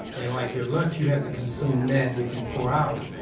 and like your lunch, you have to consume that within four hours,